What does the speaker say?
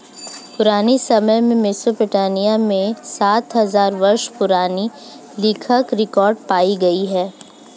पुराने समय में मेसोपोटामिया में सात हजार वर्षों पुराने लेखांकन रिकॉर्ड पाए गए हैं